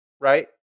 right